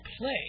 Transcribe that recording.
play